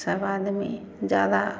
सब आदमी जादा